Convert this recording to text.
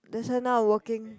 that's why now I working